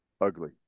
ugly